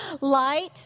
Light